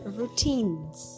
routines